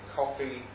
coffee